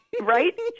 Right